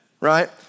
Right